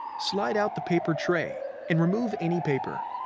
slide out the paper tray and remove any paper.